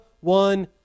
one